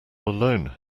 alone